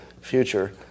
Future